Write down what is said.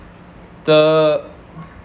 the